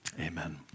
Amen